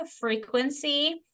frequency